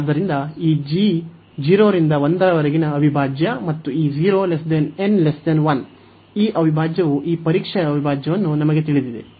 ಆದ್ದರಿಂದ ಈ g 0 ರಿಂದ 1 ರವರೆಗಿನ ಅವಿಭಾಜ್ಯ ಮತ್ತು ಈ 0 n 1 ಈ ಅವಿಭಾಜ್ಯವು ಈ ಮಾದರಿಯ ಅವಿಭಾಜ್ಯವನ್ನು ನಮಗೆ ತಿಳಿದಿದೆ